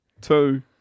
Two